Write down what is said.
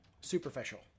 superficial